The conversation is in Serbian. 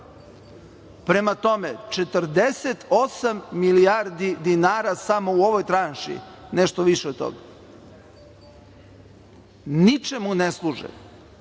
Prema tome, 48 milijardi dinara samo u ovoj tranši, nešto više od toga. Ničemu ne služe.